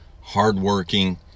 hardworking